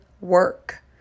work